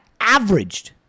averaged